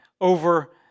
over